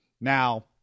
Now